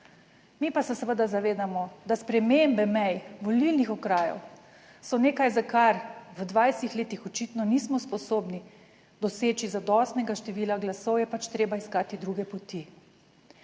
mi pa se seveda zavedamo, da spremembe mej volilnih okrajev so nekaj, za kar v 20 letih očitno nismo sposobni doseči zadostnega števila glasov. Je pač treba iskati druge poti.